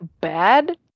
bad